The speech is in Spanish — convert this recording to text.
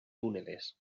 túneles